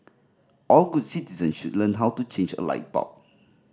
all good citizens should learn how to change a light bulb